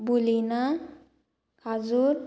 बुलीना खाजूर